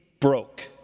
broke